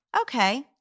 Okay